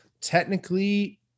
technically